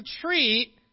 treat